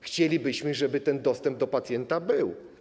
Chcielibyśmy, żeby ten dostęp dla pacjenta był.